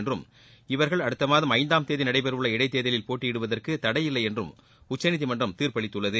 என்றும் இவர்கள் அடுத்தமாதம் இ ஐந்தாம் தேதி நடைபெறவுள்ள இடைத்தேர்தலில் போட்டியிடுவதற்கு தடையில்லை என்றும் உச்சநீதிமன்றம் தீரப்ப்பளித்துள்ளது